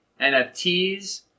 NFTs